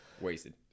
Wasted